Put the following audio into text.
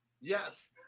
Yes